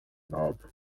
kaob